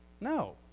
No